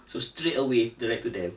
so straightaway direct to them